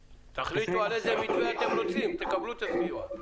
- תחליטו איזה מתווה אתם רוצים תקבלו את הסיוע.